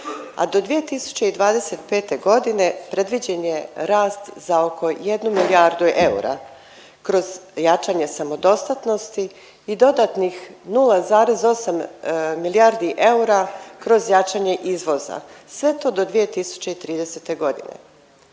a do 2025.g. predviđen je rast za oko jednu milijardu eura kroz jačanje samodostatnosti i dodatnih 0,8 milijardi eura kroz jačanje izvoza, sve to do 2030.g..